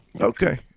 Okay